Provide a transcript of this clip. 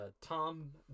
Tom